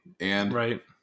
Right